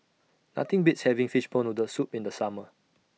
Nothing Beats having Fishball Noodle Soup in The Summer